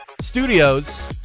Studios